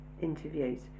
interviews